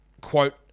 quote